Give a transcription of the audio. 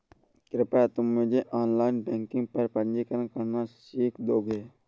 कृपया तुम मुझे ऑनलाइन बैंकिंग पर पंजीकरण करना सीख दोगे?